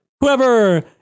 whoever